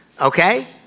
okay